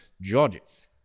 Georges